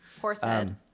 Horsehead